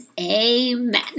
amen